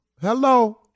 hello